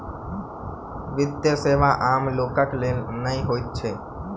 वित्तीय सेवा आम लोकक लेल नै होइत छै